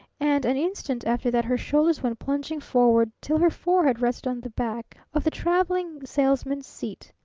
and an instant after that her shoulders went plunging forward till her forehead rested on the back of the traveling salesman's seat.